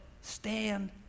stand